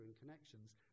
connections